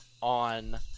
on